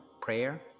prayer